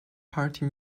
party